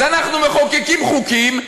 אז אנחנו מחוקקים חוקים,